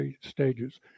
stages